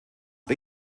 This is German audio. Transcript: bei